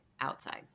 outside